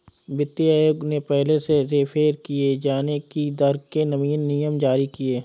वित्तीय आयोग ने पहले से रेफेर किये जाने की दर के नवीन नियम जारी किए